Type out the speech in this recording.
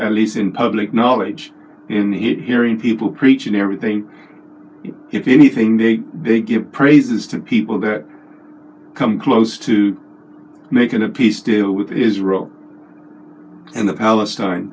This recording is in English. at least in public knowledge in the hearing people preaching everything if anything they they give praises to people that come close to making a peace deal with israel and the palestine